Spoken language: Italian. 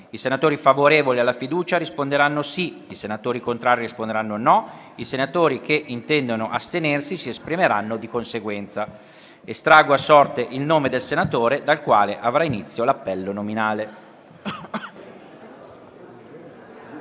I senatori favorevoli alla fiducia risponderanno sì; i senatori contrari risponderanno no; i senatori che intendono astenersi si esprimeranno di conseguenza. Estraggo ora a sorte il nome del senatore dal quale avrà inizio l'appello nominale.